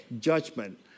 judgment